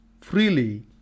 freely